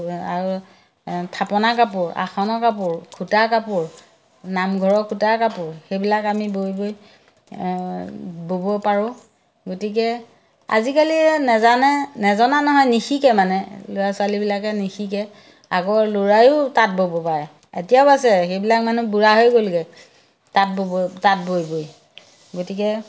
আৰু থাপনা কাপোৰ আসনৰ কাপোৰ খুটা কাপোৰ নামঘৰৰ খুটা কাপোৰ সেইবিলাক আমি বৈ বৈ ব'ব পাৰোঁ গতিকে আজিকালি নেজানে নেজনা নহয় নিশিকে মানে ল'ৰা ছোৱালীবিলাকে নিশিকে আগৰ ল'ৰাইও তাঁত ব'ব পাৰে এতিয়াও আছে সেইবিলাক মানে বুঢ়া হৈ গ'লগে তাঁত বব তাঁত বৈ বৈ গতিকে